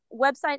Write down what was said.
website